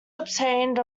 obtained